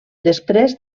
després